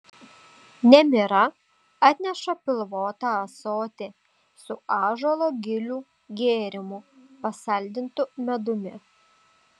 nemira atneša pilvotą ąsotį su ąžuolo gilių gėrimu pasaldintu medumi